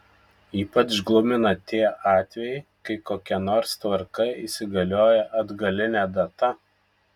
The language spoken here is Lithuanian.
ypač glumina tie atvejai kai kokia nors tvarka įsigalioja atgaline data